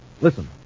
Listen